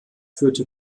führte